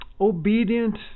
obedient